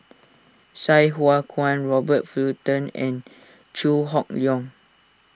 Sai Hua Kuan Robert Fullerton and Chew Hock Leong